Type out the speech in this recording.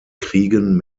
kriegen